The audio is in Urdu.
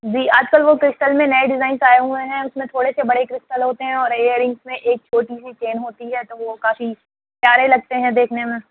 جی آج کل وہ کرسٹل میں نئے ڈیزائنس آئے ہوئے ہیں اس میں تھوڑے سے بڑے کرسٹل ہوتے ہیں اور ایئرنگس میں ایک چھوٹی سی چین ہوتی ہے تو وہ کافی پیارے لگتے ہیں دیکھنے میں